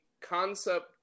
concept